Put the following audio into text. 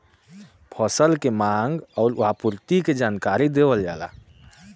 फसल के मांग आउर आपूर्ति के जानकारी देवल जाला